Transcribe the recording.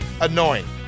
annoying